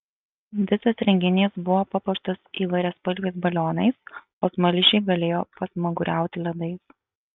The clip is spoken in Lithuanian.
visas renginys buvo papuoštas įvairiaspalviais balionais o smaližiai galėjo pasmaguriauti ledais